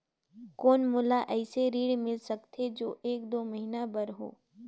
कौन मोला अइसे ऋण मिल सकथे जो एक दो महीना बर हो?